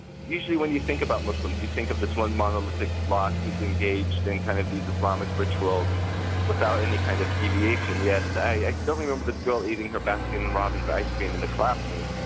usually when you think about muslims, you think of this one monolithic block who's engaged in kind of these islamic rituals without any kind of deviation, yet i still remember this girl eating her baskin-robbins ice cream in the classroom